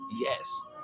Yes